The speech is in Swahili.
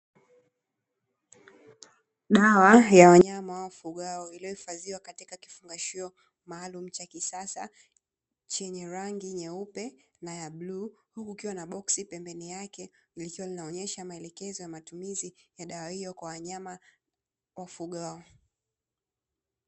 Dawa ya wanyama wafugwao iliyohifadhiwa katika kifungashio maalumu cha kisasa chenye rangi nyeupe na ya bluu huku kukiwa na boksi. Pembeni yake likiwa linaonyesha maelekezo ya matumizi ya dawa hiyo kwa wanyama wafugwao.